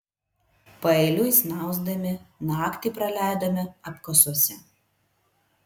paeiliui snausdami naktį praleidome apkasuose